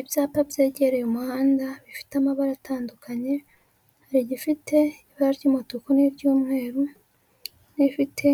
Ibyapa byegereye umuhanda bifite amabara atandukanye, hari igifite ibara ry'umutuku n'iry'umweru, n'igifite